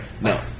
No